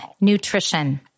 nutrition